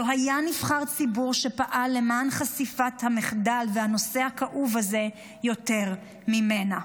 לא היה נבחר ציבור שפעל למען חשיפת המחדל והנושא הכאוב הזה יותר ממנה.